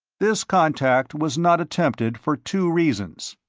this contact was not attempted for two reasons,